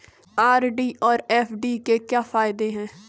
RD और FD के क्या फायदे हैं?